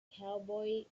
cowboy